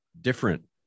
different